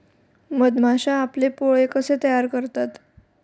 मधमाश्या आपले पोळे कसे तयार करतात?